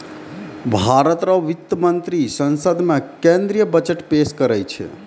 भारत रो वित्त मंत्री संसद मे केंद्रीय बजट पेस करै छै